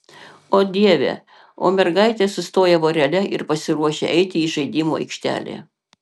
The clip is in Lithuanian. o dieve o mergaitės sustoja vorele ir pasiruošia eiti į žaidimų aikštelę